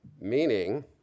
meaning